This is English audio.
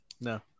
No